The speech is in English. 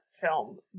film